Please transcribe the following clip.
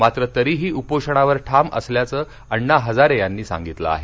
मात्र तरीही उपोषणावर ठाम असल्याचे अण्णा हजारे यांनी सांगितले आहे